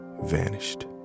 vanished